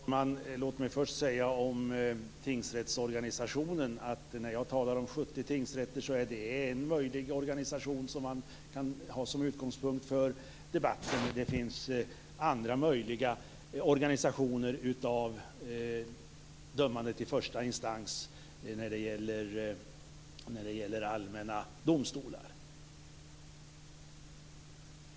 Herr talman! Låt mig först säga om tingsrättsorganisationen att när jag talar om 70 tingsrätter så är det en möjlig organisation som man kan ha som utgångspunkt för debatten. Det finns också andra möjliga organisationer av dömandet i första instans när det gäller allmänna domstolar.